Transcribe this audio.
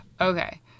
Okay